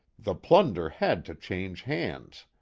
the plunder had to change hands.